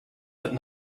that